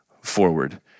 forward